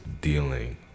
dealing